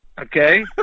Okay